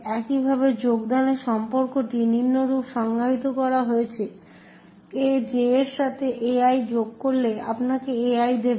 একইভাবে যোগদানের সম্পর্কটি নিম্নরূপ সংজ্ঞায়িত করা হয়েছে AJ এর সাথে AI যোগ করলে আপনাকে AI দেবে